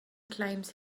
claims